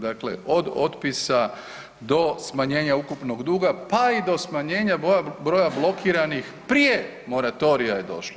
Dakle, od otpisa do smanjenja ukupnog duga, pa i do smanjenja broja blokiranih prije moratorija je došlo.